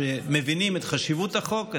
שמבינים את חשיבות החוק,